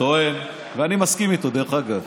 טוען, ואני מסכים איתו, דרך אגב,